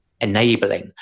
enabling